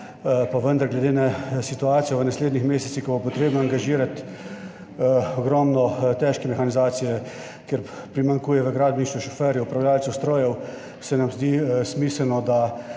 pa vendar glede na situacijo v naslednjih mesecih, ko bo potrebno angažirati ogromno težke mehanizacije, ker primanjkuje v gradbeništvu šoferjev, upravljavcev strojev, se nam zdi smiselno, da